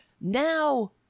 Now